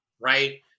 Right